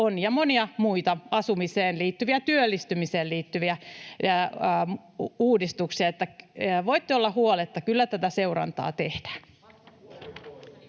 samoin monissa muissa asumiseen liittyvissä ja työllistymiseen liittyvissä uudistuksissa. Että voitte olla huoletta, kyllä tätä seurantaa tehdään.